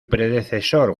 predecesor